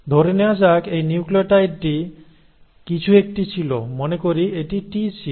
ধরে নেওয়া যাক এই নিউক্লিওটাইডটি কিছু একটি ছিল মনে করি এটি T ছিল